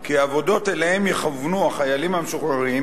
כי העבודות שאליהן יכוונו החיילים המשוחררים